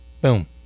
Boom